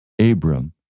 Abram